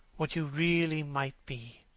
what you really might be.